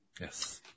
Yes